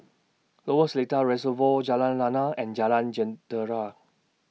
Lower Seletar Reservoir Jalan Lana and Jalan Jentera